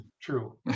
True